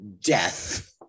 death